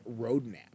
roadmap